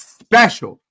special